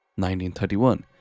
1931